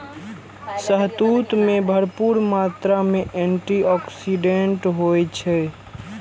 शहतूत मे भरपूर मात्रा मे एंटी आक्सीडेंट होइ छै